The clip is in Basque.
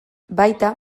baita